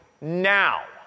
now